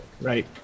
right